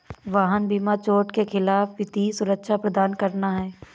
वाहन बीमा चोट के खिलाफ वित्तीय सुरक्षा प्रदान करना है